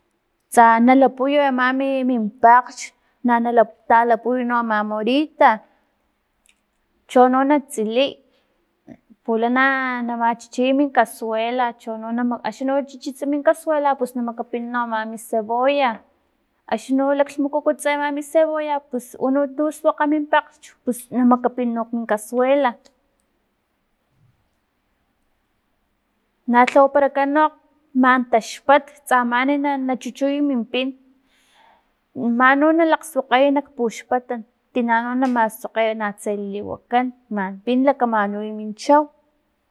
Sta na lapuy ama mi- mipakglch na- nala talapuy ama morita, chono na tsiliy, pulana na machachiy mi cazuela chono na axni no chichits min cazuela ps na makapin no ama mi cebolla, axni no laklhmumukuts ama mi cebolla pus uno tu suakgay min pakglch pus na makapin no kmin cazuela, na lhawaparakan no man taxpat tsaman na- na chuchuy min pin man nu nalkgsuakgay nak puxpatan tina no na maskgokgey natse nali wakan man pin nalakamanuy min chau.